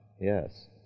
yes